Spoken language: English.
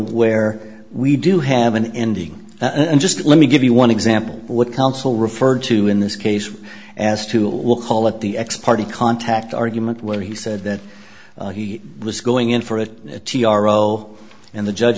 where we do have an ending and just let me give you one example what council referred to in this case as tool we'll call it the x party contact argument where he said that he was going in for a t r o and the judge